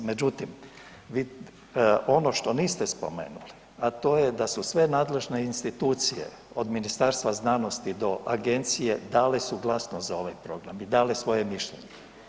Međutim, ono što niste spomenuli, a to je da su sve nadležne institucije od Ministarstva znanosti do agencije dale suglasnost za ovaj program i dale svoje mišljenje.